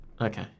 Okay